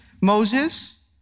Moses